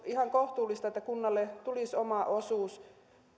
ihan kohtuullista että kunnalle tulisi oma osuus